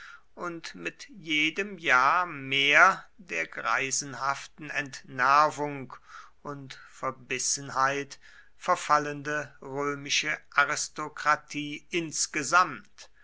und mit jedem jahr mehr der greisenhaften entnervung und verbissenheit verfallende römische aristokratie insgesamt